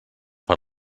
per